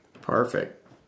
Perfect